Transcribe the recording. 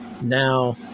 Now